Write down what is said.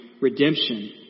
redemption